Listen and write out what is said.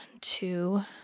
two